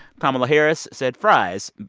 kamala harris said fries.